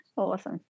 Awesome